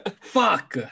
Fuck